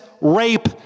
rape